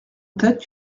tête